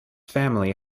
family